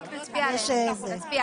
אז רק נצביע עליהן.